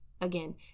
again